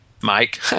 Mike